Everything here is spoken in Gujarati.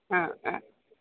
હા હા